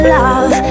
love